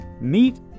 meet